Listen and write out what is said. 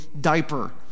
diaper